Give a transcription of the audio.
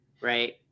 right